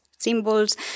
symbols